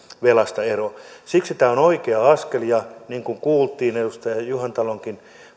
velasta eroon siksi tämä on oikea askel ja niin kuin kuultiin edustaja juhantalonkin